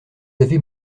avez